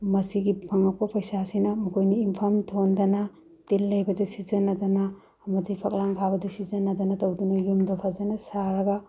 ꯃꯁꯤꯒꯤ ꯐꯉꯛꯄ ꯄꯩꯁꯥꯁꯤꯅ ꯃꯈꯣꯏꯅ ꯌꯨꯝꯐꯝ ꯊꯣꯟꯗꯅ ꯇꯤꯟ ꯂꯩꯕꯗ ꯁꯤꯖꯤꯟꯅꯗꯅ ꯑꯃꯗꯤ ꯐꯛꯂꯥꯡ ꯐꯥꯕꯗ ꯁꯤꯖꯤꯟꯅꯗꯅ ꯇꯧꯗꯨꯅ ꯌꯨꯝꯗꯣ ꯐꯖꯅ ꯁꯥꯔꯒ